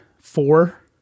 four